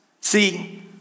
see